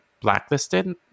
blacklisted